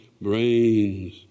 brains